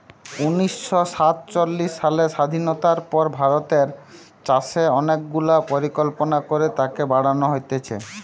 উনিশ শ সাতচল্লিশ সালের স্বাধীনতার পর ভারতের চাষে অনেক গুলা পরিকল্পনা করে তাকে বাড়ান হতিছে